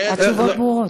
התשובות ברורות.